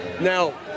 now